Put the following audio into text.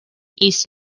east